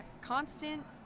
Constant